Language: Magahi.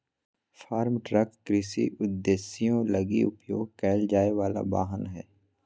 फार्म ट्रक कृषि उद्देश्यों लगी उपयोग कईल जाय वला वाहन हइ